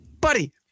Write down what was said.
buddy